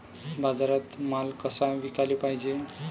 बाजारात माल कसा विकाले पायजे?